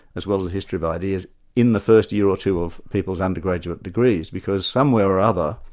as well as the history of ideas in the first year or two of people's undergraduate degrees, because somewhere or other,